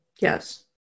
Yes